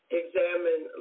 examine